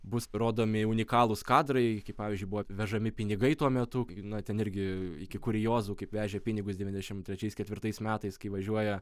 bus rodomi unikalūs kadrai kaip pavyzdžiui buvo vežami pinigai tuo metu kai ten irgi iki kuriozų kaip vežė pinigus devyniasdešim trečiais ketvirtais metais kai važiuoja